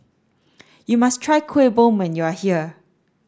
you must try Kueh Bom when you are here